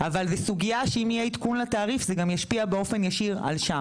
אבל זו סוגיה שאם יהיה עדכון לתעריף זה גם ישפיע באופן ישיר על שם.